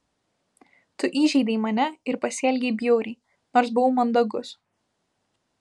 tu įžeidei mane ir pasielgei bjauriai nors buvau mandagus